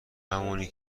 همونی